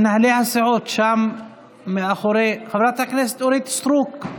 מנהלי הסיעות שם מאחורי חברת הכנסת אורית סטרוק.